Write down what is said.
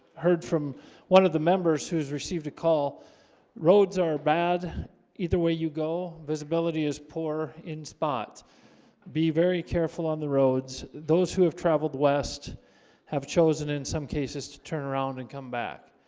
heard from one of the members who's received a call roads are bad either way you go visibility is poor in spots be very careful on the roads those who have traveled west have chosen in some cases to turn around and come back